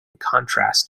contrast